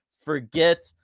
forget